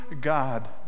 God